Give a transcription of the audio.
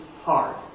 hard